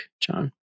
John